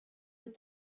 with